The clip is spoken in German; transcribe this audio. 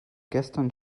gestern